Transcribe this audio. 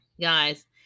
Guys